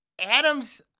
Adams